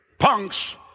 Punks